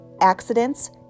accidents